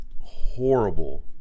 Horrible